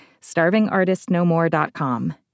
StarvingArtistNoMore.com